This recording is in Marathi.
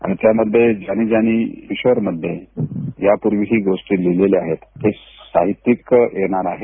आणि त्यामध्ये ज्यानी ज्यानी किशोर मध्ये यापूर्वी गोष्टी लिहिल्या आहेत ते साहित्यिक येणार आहेत